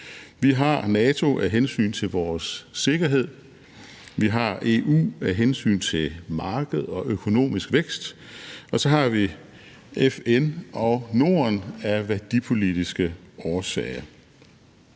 Vi har NATO af hensyn til vores sikkerhed; vi har EU af hensyn til markedet og økonomisk vækst; og så har vi i FN og Norden af værdipolitiske årsager.